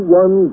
one